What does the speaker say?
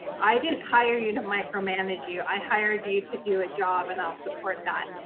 i didn't hire you to micromanage you. i hired you to do a job and i'll support that.